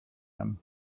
them